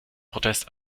protest